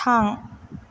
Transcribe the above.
थां